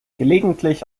gelegentlich